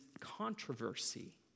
controversy